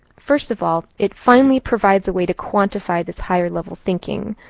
first of all, it finally provides a way to quantify this higher level thinking.